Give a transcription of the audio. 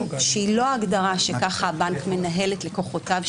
שהיא לא ההגדרה שכך הבנק מנהל את לקוחותיו,